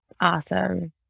Awesome